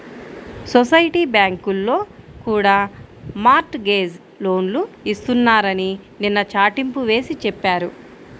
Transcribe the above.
society బ్యాంకుల్లో కూడా mortgage లోన్లు ఇస్తున్నారని నిన్న చాటింపు వేసి చెప్పారు